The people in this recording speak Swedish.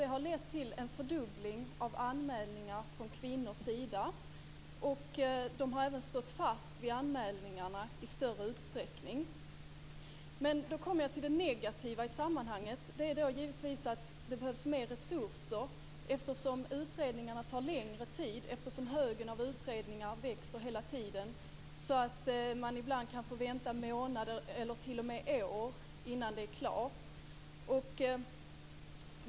Det har lett till en fördubbling av anmälningar från kvinnors sida. De har även stått fast vid anmälningarna i större utsträckning. Då kommer jag till det negativa i sammanhanget. Det behövs med resurser, eftersom utredningarna tar längre tid. Högen av utredningar växer hela tiden, så att man ibland får vänta månader eller t.o.m. år innan det är klart.